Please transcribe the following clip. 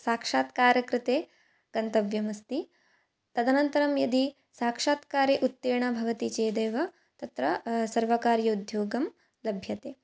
साक्षात्कारकृते गन्तव्यमस्ति तदनन्तरं यदि साक्षात्कारे उत्तीर्णः भवति चेदेव तत्र सर्वकारीय उद्योगं लभ्यते